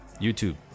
YouTube